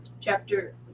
chapter